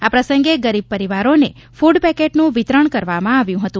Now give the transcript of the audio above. આ પ્રસંગે ગરીબ પરિવારોને ફુડ પેકેટનું વિતરણ કરવામાં આવ્યું હતું